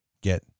get